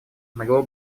могло